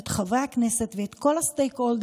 את חברי הכנסת ואת כל ה-stakeholders,